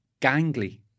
gangly